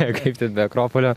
kaip ten be akropolio